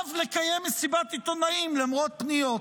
סירב לקיים מסיבת עיתונאים למרות פניות.